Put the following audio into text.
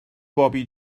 bobi